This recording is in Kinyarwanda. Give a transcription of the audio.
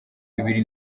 bibiri